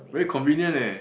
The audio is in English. very convenient eh